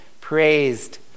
praised